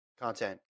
content